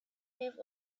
moved